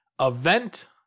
event